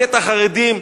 הכה את החרדים,